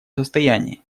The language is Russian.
состоянии